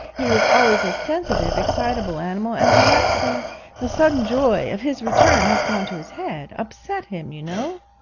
he was always a sensitive, excitable animal, and perhaps the the sudden joy of his return has gone to his head upset him, you know